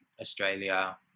Australia